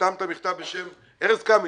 שחתם את המכתב בשם ארז קמינץ,